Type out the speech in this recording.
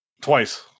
Twice